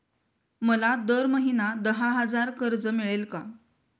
मला दर महिना दहा हजार कर्ज मिळेल का?